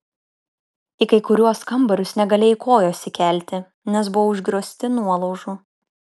į kai kuriuos kambarius negalėjai kojos įkelti nes buvo užgriozti nuolaužų